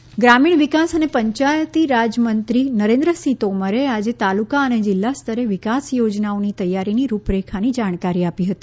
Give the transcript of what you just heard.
નરેન્દ્રસિંહ તોમર ગ્રામીણ વિકાસ અને પંચાયતી રાજમંત્રી નરેન્દ્રસિંહ તોમરે આજે તાલુકા અને જિલ્લા સ્તરેની વિકાસ થોજનાઓની તૈયારીની રૂપરેખાની જાણકારી આપી હતી